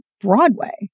broadway